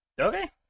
Okay